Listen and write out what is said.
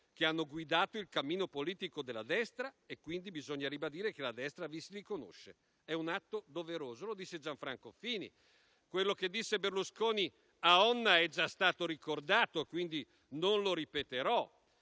che hanno guidato il cammino politico della destra e quindi bisogna ribadire che la destra vi si riconosce: è un atto doveroso. Lo disse Gianfranco Fini. Quello che disse Berlusconi a Onna è già stato ricordato, quindi non lo ripeterò,